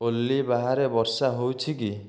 ଓଲି ବାହାରେ ବର୍ଷା ହେଉଛି କି